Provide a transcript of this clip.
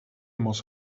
muss